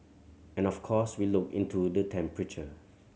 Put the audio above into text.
and of course we look into the temperature